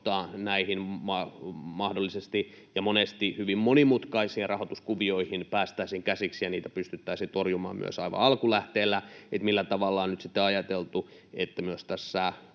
mahdollisesti ja monesti hyvin monimutkaisiin rahoituskuvioihin päästäisiin käsiksi ja niitä pystyttäisiin torjumaan myös aivan alkulähteillä. Millä tavalla on nyt sitten ajateltu, että tämä